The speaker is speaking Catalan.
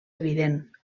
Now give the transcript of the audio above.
evident